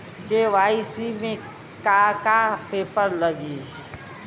KYC में का का पेपर लगी?